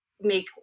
make